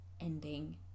ending